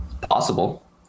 Possible